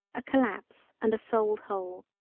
a collapse and a sold hole,